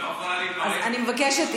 אני מבקשת,